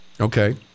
Okay